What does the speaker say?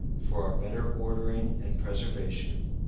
for our better ordering and preservation,